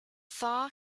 thaw